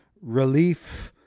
relief